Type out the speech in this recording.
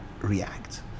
react